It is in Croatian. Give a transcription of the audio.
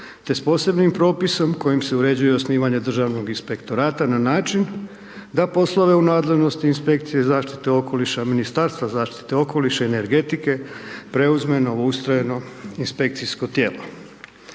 te s posebnim propisom kojim se uređuje i osnivanje Državnog inspektorata na način da poslove u nadležnosti inspekcije zaštite okoliša Ministarstva zaštite okoliša i energetike preuzme novoustrojeno inspekcijsko tijelo.